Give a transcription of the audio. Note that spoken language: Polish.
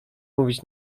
mówić